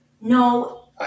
No